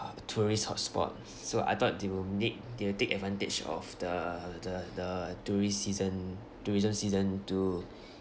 tourist hotspot so I thought they will need they'll take advantage of the the the tourist season tourism season to